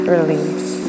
Release